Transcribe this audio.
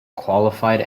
qualified